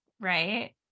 right